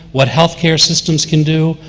what healthcare systems can do,